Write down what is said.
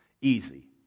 easy